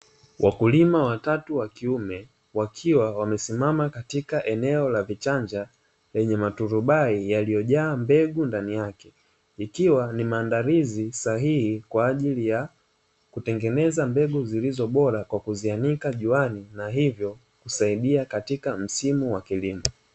Wakulima watatu wa kiume wakiwa wamesimama katika eneo la vichanja lenye maturubai yaliyojaa mbegu ndani yake. ikiwa ni maandalizi sahihi kwa ajili ya kutengeneza mbegu zilizo bora kwa kuzianika juani na hivyo kusaidia katika msimu wa kilimo.